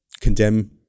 condemn